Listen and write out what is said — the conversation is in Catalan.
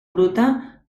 bruta